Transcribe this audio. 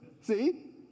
see